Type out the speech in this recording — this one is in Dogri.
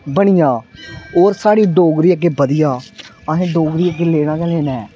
बनी जा और स्हाड़ी डोगरी अग्गे बधी जा अहें डोगरी गी अग्गै लेना गै लेना ऐ